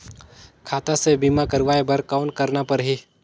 खाता से बीमा करवाय बर कौन करना परही?